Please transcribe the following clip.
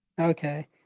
Okay